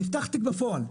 נפתח תיק בפועל,